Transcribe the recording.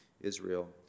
Israel